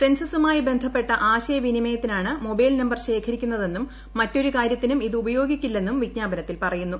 സെൻസ്സ്ുമായി ബന്ധപ്പെട്ട ആശയവിനിമയത്തിനാണ് mobile number ശേഖരിക്കുന്നതെന്നും മറ്റൊരു കാര്യത്തിനും ഇത് ഉപയോഗിക്കില്ലെന്നും വിജ്ഞാപനത്തിൽ പറയുന്നു